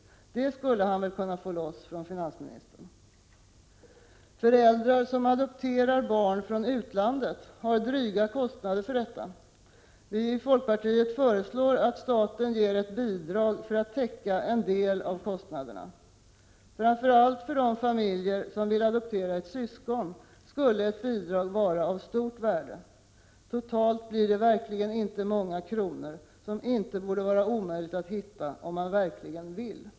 Den summan borde väl Bengt Lindqvist kunna få loss från finansministern. Föräldrar som adopterar barn från utlandet har dryga kostnader för detta. Vi i folkpartiet föreslår att staten skall ge ett bidrag för att täcka en del av dessa kostnader. Ett bidrag skulle framför allt vara av mycket stort värde för de familjer som vill adoptera ett syskon. Det rör sig totalt inte om många kronor. Om man verkligen ville satsa på ett sådant bidrag, borde det inte vara omöjligt att hitta resurser.